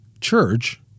church